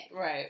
right